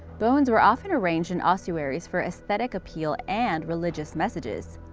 bones were often arranged in ossuaries for esthetic appeal and religious messages.